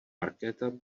markéta